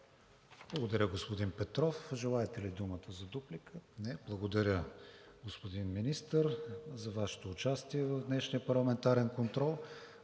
Благодаря, господин Петров. Желаете ли думата за дуплика? Не. Благодаря, господин Министър, за Вашето участие в днешния парламентарен контрол.